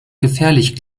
gefährlich